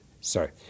Sorry